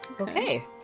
Okay